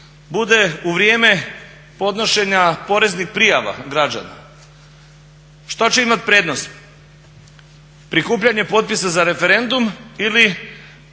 bude u vrijeme podnošenja poreznih prijava građana? Šta će imati prednost prikupljanje potpisa za referendum ili